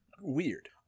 weird